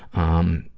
um,